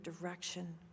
direction